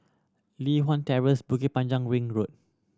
Li Hwan Terrace Bukit Panjang Ring Road